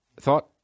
Thought